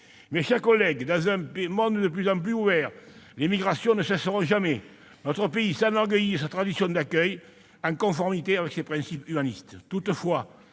Mes chers collègues, dans un monde de plus en plus ouvert, les migrations ne cesseront jamais. Notre pays s'enorgueillit de sa tradition d'accueil, conforme à ses principes humanistes. Toutefois,